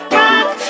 rock